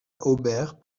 hobert